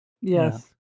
Yes